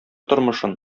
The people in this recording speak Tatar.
тормышын